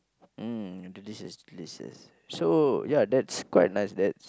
mm delicious delicious so ya that's quite nice that